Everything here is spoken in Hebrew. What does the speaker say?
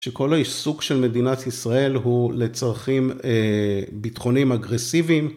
שכל העיסוק של מדינת ישראל הוא לצרכים ביטחוניים אגרסיביים.